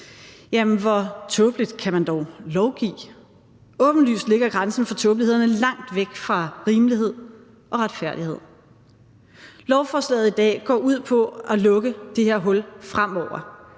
Jamen hvor tåbeligt kan man dog lovgive! Åbenlyst ligger grænsen for tåbelighederne langt væk fra rimelighed og retfærdighed. Lovforslaget i dag går ud på at lukke det her hul fremover,